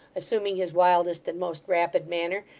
assuming his wildest and most rapid manner,